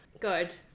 Good